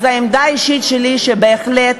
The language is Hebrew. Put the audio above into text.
העמדה האישית שלי היא שבהחלט